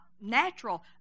natural